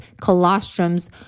colostrum's